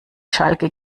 schalke